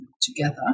together